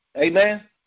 Amen